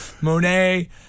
Monet